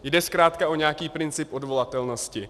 Jde zkrátka o nějaký princip odvolatelnosti.